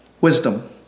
wisdom